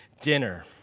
dinner